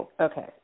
Okay